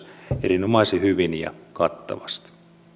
erinomaisen hyvin ja kattavasti